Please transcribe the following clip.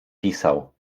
pisał